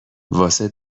واسه